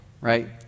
right